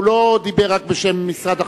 הוא לא דיבר רק בשם משרד החקלאות.